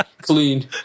Clean